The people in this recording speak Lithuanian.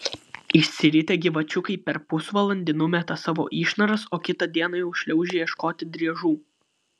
išsiritę gyvačiukai per pusvalandį numeta savo išnaras o kitą dieną jau šliaužia ieškoti driežų